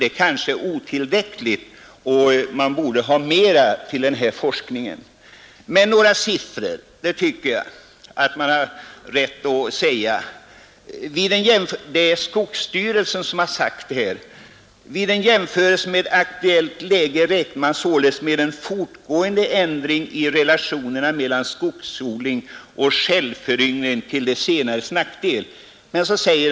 Detta är kanske otillräckligt, och det borde utgå större medel till denna forskning. Några faktauppgifter tycker jag att man har rätt att nämna. Skogsstyrelsen har i denna fråga sagt följande: ”Vid en jämförelse med aktuellt läge räknar man således med en fortgående ändring i relationerna mellan skogsodling och självföryngring till den senares nackdel.